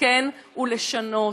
לתקן ולשנות,